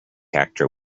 actor